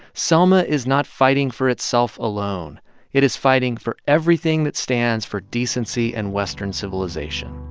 selma is not fighting for itself alone it is fighting for everything that stands for decency and western civilization